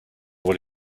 what